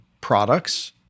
products